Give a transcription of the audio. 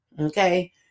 okay